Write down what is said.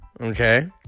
Okay